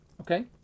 Okay